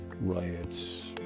riots